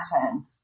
pattern